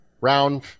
round